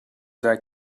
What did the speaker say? that